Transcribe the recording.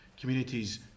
communities